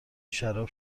شراب